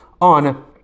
on